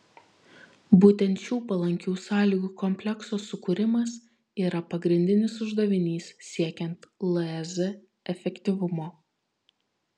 būtent šių palankių sąlygų komplekso sukūrimas yra pagrindinis uždavinys siekiant lez efektyvumo